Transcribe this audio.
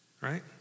right